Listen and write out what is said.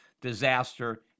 disaster